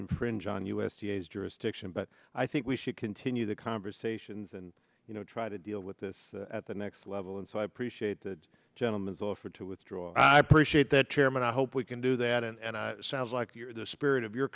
infringe on u s d a s jurisdiction but i think we should continue the conversations and you know try to deal with this at the next level and so i appreciate that gentleman's offer to withdraw i appreciate that chairman i hope we can do that and sounds like you're the spirit of your